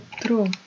True